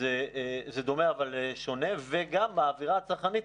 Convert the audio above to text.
זה דומה אבל שונה וגם באווירה הצרכנית,